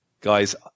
Guys